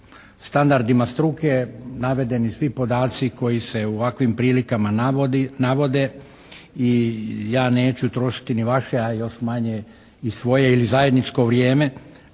po standardima struke navedeni svi podaci koji se u ovakvim prilikama navode i ja neću trošiti ni vaša a još manje i svoje ili zajedničko vrijeme,